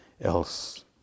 else